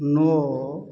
नओ